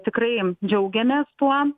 tikrai džiaugiamės tuo